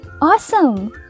Awesome